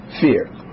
Fear